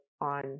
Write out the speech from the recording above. on